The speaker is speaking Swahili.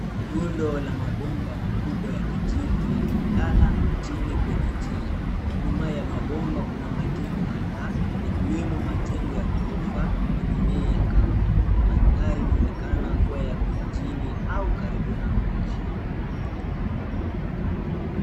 Rundo la mabomba makubwa ya kijivu yaliyolala chini kwenye njia. Nyuma ya mabomba kuna majengo kadhaa yakiwemo majengo ya ghorofa na mimea ya kavu. Mandhari inaonekana kuwa ya mijini au karibu na mji.